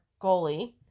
goalie